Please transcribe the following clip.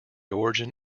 origin